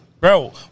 Bro